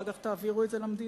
אחר כך תעבירו את זה למדינה.